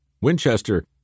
Winchester